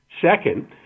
Second